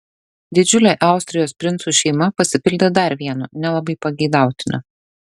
didžiulė austrijos princų šeima pasipildė dar vienu nelabai pageidautinu